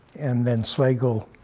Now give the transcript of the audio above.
and then slagle,